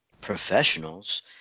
professionals